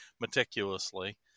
meticulously